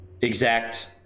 exact